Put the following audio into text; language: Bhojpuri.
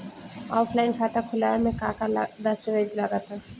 ऑफलाइन खाता खुलावे म का का दस्तावेज लगा ता?